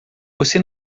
você